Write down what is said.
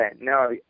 no